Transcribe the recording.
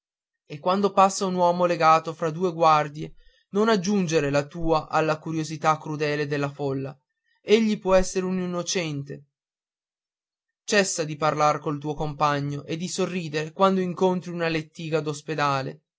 e quando passa un uomo legato fra due guardie non aggiungere la tua alla curiosità crudele della folla egli può essere un innocente cessa di parlar col tuo compagno e di sorridere quando incontri una lettiga